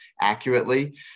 accurately